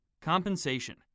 Compensation